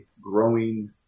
growing